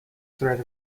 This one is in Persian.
صورت